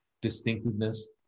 distinctiveness